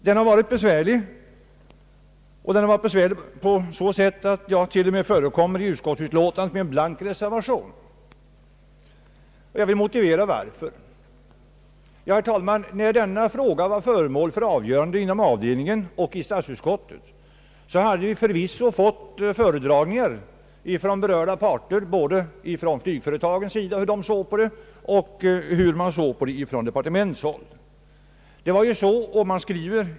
Den har varit besvärlig, och den har varit besvärlig på så sätt att den föranlett en blank reservation vid utskottsutlåtandet. Jag vill förklara varför det har skett. Herr talman! När denna fråga var föremål för avgörande inom avdelningen och i statsutskottet, hade vi förvisso fått föredragningar från berörda parter, både från flygföretagen och från departementshåll, om hur de såg på denna fråga.